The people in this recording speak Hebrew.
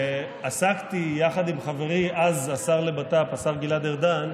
ועסקתי יחד עם חברי, אז השר לבט"פ, השר גלעד ארדן,